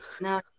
No